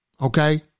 okay